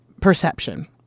perception